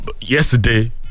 yesterday